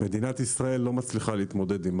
מדינת ישראל לא מצליחה להתמודד עם